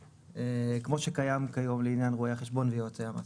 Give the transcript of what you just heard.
כמו שקיים כיום לעניין רואי החשבון ויועצי המס.